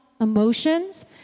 emotions